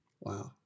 wow